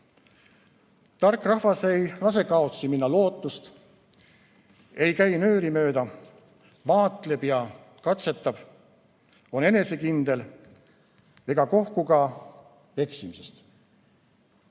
Tark rahvas ei lase kaotsi minna lootust, ei käi nööri mööda, vaatleb ja katsetab, on enesekindel ega kohku ka eksimisest.